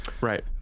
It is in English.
Right